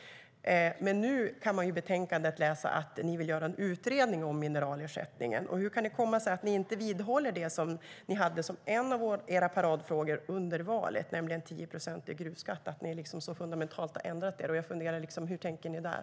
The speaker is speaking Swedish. Men nu kan man i betänkandet läsa att ni vill göra en utredning om mineralersättningen. Hur kan det komma sig att ni inte vidhåller det ni hade som en av era paradfrågor före valet, nämligen 10-procentig gruvskatt? Varför har ni så fundamentalt ändrat er? Jag funderar på hur ni tänker där.